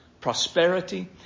prosperity